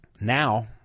now